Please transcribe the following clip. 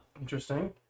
interesting